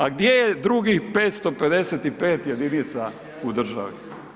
A gdje drugih 555 jedinica u državi?